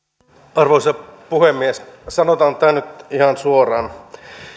arvoisa puhemies sanotaan tämä nyt ihan suoraan